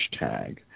hashtag